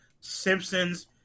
Simpsons